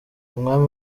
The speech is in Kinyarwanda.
umwami